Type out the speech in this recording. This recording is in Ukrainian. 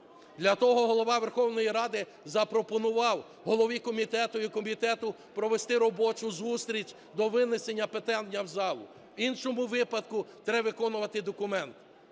Для того Голова Верховної Ради запропонував голові комітету і комітету провести робочу зустріч до винесення питання в зал. В іншому випадку треба виконувати документ.